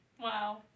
Wow